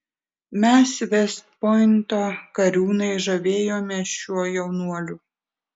mes vest pointo kariūnai žavėjomės šiuo jaunuoliu